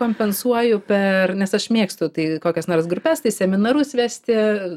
kompensuoju per nes aš mėgstu tai kokias nors grupes tai seminarus vesti